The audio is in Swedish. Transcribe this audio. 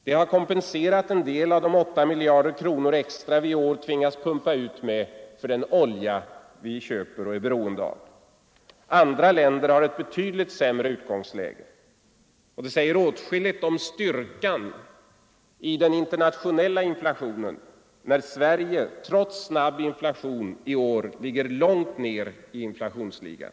Det har kompenserat en del av de 8 miljarder kronor extra vi i år tvingas punga ut med för den olja vi köper och är beroende av. Andra länder har ett betydligt sämre utgångsläge. Det säger åtskilligt om styrkan i den internationella inflationen när Sverige trots snabb inflation i år ligger långt ner i inflationsligan.